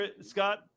Scott